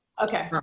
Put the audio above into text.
okay.